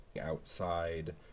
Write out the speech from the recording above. outside